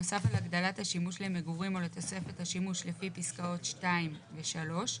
נוסף על הגדלת השימוש למגורים או לתוספת השימוש לפי פסקאות (2) ו (3),